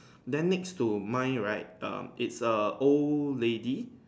then next to mine right um it's a old lady